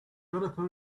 developer